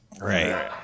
Right